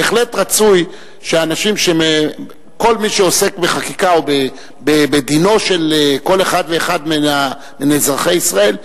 בהחלט רצוי שכל מי שעוסק בחקיקה או בדינו של כל אחד ואחד מאזרחי ישראל,